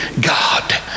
God